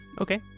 Okay